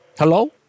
Hello